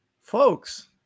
Folks